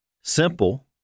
simple